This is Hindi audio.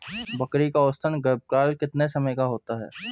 बकरी का औसतन गर्भकाल कितने समय का होता है?